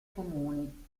comuni